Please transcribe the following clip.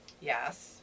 Yes